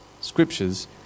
Scriptures